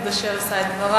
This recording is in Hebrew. עד אשר אשא את דברי.